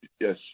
Yes